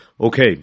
Okay